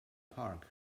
park